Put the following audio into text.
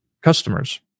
customers